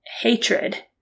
hatred